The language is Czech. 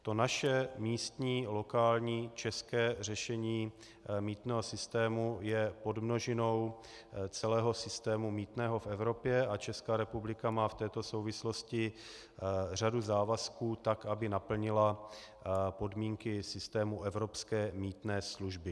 To naše místní, lokální, české řešení mýtného systému je podmnožinou celého systému mýtného v Evropě a Česká republika má v této souvislosti řadu závazků, tak aby naplnila podmínky systému evropské mýtné služby.